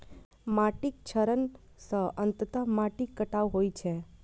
माटिक क्षरण सं अंततः माटिक कटाव होइ छै